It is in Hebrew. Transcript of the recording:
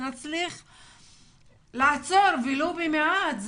שנצליח לעצור, ולו במעט.